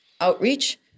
outreach